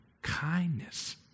Kindness